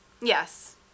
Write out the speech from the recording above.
Yes